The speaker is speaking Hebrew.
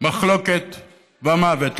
מחלוקת ומוות.